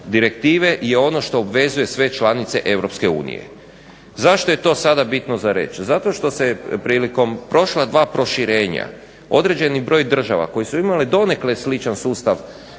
direktive je ono što obvezuje sve članice Europske unije. Zašto je to sada bitno za reći? Zato što se prilikom prošla dva proširenja određeni broj država koje su imale donekle sličan sustav